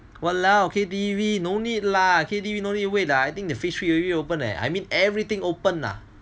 !walao! K_T_V no need wait lah K_T_V no need wait lah I think phase three reopen leh I mean everything open lah